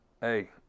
Hey